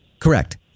Correct